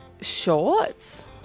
shorts